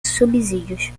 subsídios